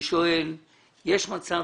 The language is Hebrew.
יש מצב